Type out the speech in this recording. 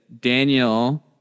Daniel